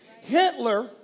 Hitler